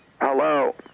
Hello